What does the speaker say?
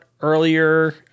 earlier